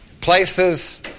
Places